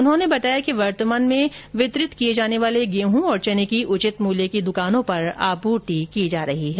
उन्होंने बताया कि वर्तमान में वितरण किए जाने वाले गेहूं और चने की उचित मूल्य की दुकानों पर आपूर्ति की जा रही है